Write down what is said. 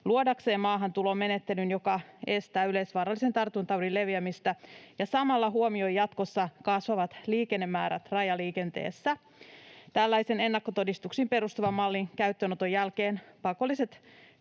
luodakseen maahantulomenettelyn, joka estää yleisvaarallisen tartuntataudin leviämistä ja samalla huomioi jatkossa kasvavat liikennemäärät rajaliikenteessä. Tällaisen ennakkotodistuksiin perustuvan mallin käyttöönoton jälkeen pakolliset